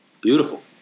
Beautiful